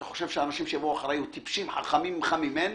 אתה חושב שהאנשים שיבואו יהיו טיפשים או חכמים ממך